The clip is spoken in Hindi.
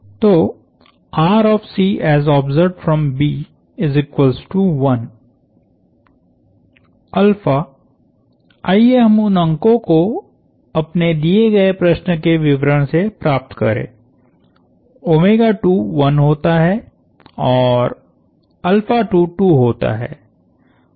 तो आइए हम उन अंको को अपने दिए गए प्रश्न के विवरण से प्राप्त करें 1 होता है और 2 होता है